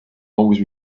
always